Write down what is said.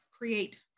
create